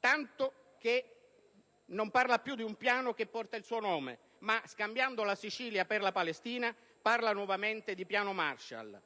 tanto che non parla più di un piano che porta il suo nome ma, scambiando la Sicilia per la Palestina, parla nuovamente di Piano Marshall.